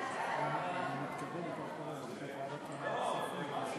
הצעת ועדת הכספים בדבר פיצול הצעת חוק ההתייעלות הכלכלית